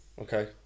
Okay